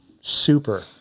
Super